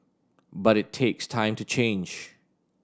but it takes time to change